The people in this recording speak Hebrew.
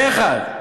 פה-אחד,